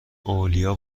اولیاء